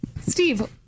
Steve